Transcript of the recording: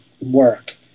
work